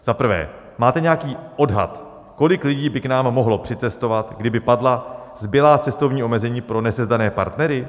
Za prvé máte nějaký odhad, kolik lidí by k nám mohlo přicestovat, kdyby padla zbylá cestovní omezení pro nesezdané partnery?